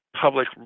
public